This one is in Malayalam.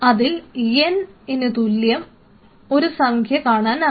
അതിൽ n ഇനു തുല്യം ഒരു സംഖ്യ കാണാനാകും